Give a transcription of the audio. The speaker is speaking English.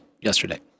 yesterday